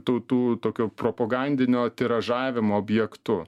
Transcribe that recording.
tų tų tokio propagandinio tiražavimo objektu